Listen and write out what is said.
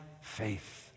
faith